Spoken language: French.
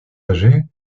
âgées